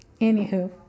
Anywho